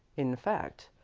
in fact,